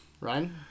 Ryan